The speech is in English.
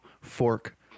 fork